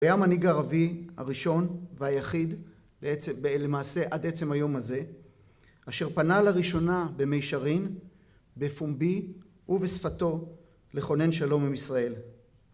היה מנהיג ערבי הראשון והיחיד למעשה עד עצם היום הזה, אשר פנה לראשונה במישרין, בפומבי ובשפתו לכונן שלום עם ישראל.